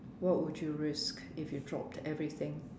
what would you risk if you dropped everything